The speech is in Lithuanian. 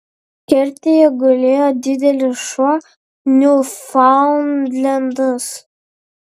kertėje gulėjo didelis šuo niufaundlendas